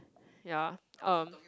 yeah uh